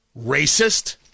Racist